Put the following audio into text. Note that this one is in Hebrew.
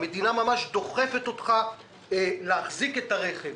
המדינה ממש דוחפת אותך להחזיק את הרכב.